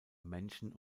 menschen